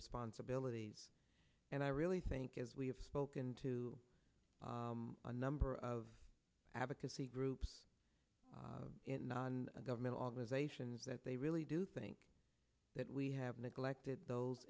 responsibilities and i really think as we have spoken to a number of advocacy groups in non governmental organizations that they really do think that we have neglected those